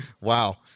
Wow